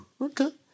Okay